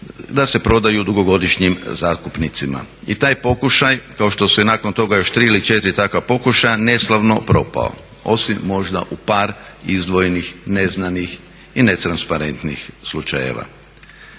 da se prodaju dugogodišnjim zakupnicima. I taj pokušaj kao što se nakon toga još tri ili četiri takva pokušaja neslavno propao osim možda u par izdvojenih, neznanih i netransparentnih slučajeva.